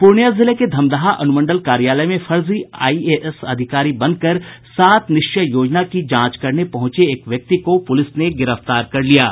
पूर्णिया जिले के धमदाहा अनुमंडल कार्यालय में फर्जी आईएएस अधिकारी बनकर सात निश्चय योजना की जांच करने पहुंचे एक व्यक्ति को पुलिस ने गिरफ्तार कर लिया है